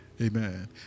Amen